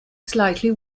slightly